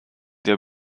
der